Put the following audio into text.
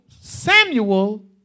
Samuel